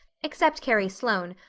except carrie sloane,